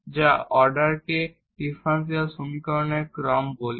যার অর্ডারকে আমরা ডিফারেনশিয়াল সমীকরণের অর্ডার বলি